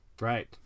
right